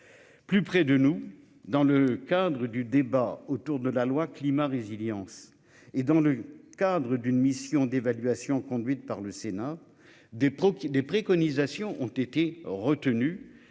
Plus près de nous dans le cadre du débat autour de la loi climat résilience et dans le cadre d'une mission d'évaluation conduite par le Sénat. Des pros qui des préconisations ont été retenus